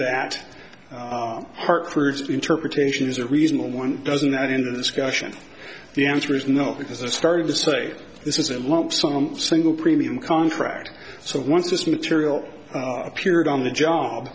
that hartford's interpretation is a reasonable one doesn't that ended the discussion the answer is no because i started to say this is it lumps on single premium contract so once this material appeared on the job